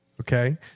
Okay